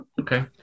Okay